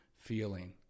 feeling